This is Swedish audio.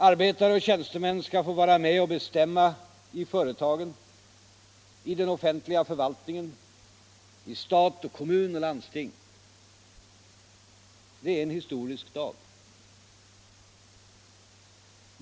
Arbetare och tjänstemän skall få vara med och bestämma i företagen, i den offentliga förvaltningen, i stat, kommun och landsting. Det är en historisk dag.